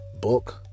book